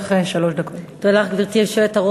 282,